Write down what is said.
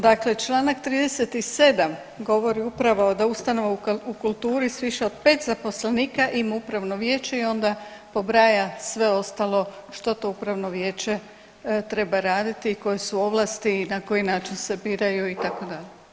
Dakle čl. 37 govori upravo da ustanova u kulturi s više od 5 zaposlenika ima upravno vijeće i onda pobraja sve ostalo što to upravno vijeće treba raditi i koje su ovlasti i na koji način se biraju, itd.